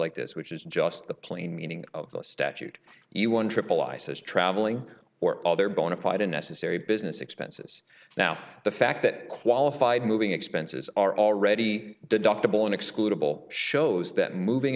like this which is just the plain meaning of the statute the one triple isis traveling or other bonafide unnecessary business expenses now the fact that qualified moving expenses are already deductible and excludable shows that moving